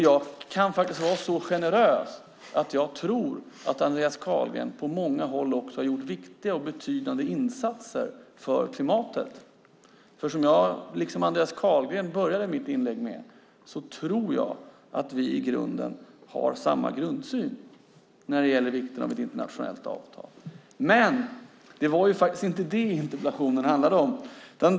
Jag kan vara så generös att jag säger att jag tror att Andreas Carlgren på många håll också har gjort viktiga och betydande insatser för klimatet. Som jag, liksom Andreas Carlgren, började mitt inlägg med tror jag att vi i grunden har samma syn när det gäller vikten av ett internationellt avtal. Men det var inte det interpellationen handlade om.